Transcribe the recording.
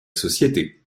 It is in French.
société